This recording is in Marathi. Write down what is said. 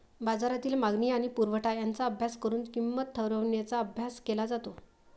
बाजारातील मागणी आणि पुरवठा यांचा अभ्यास करून किंमत ठरवण्याचा अभ्यास केला जातो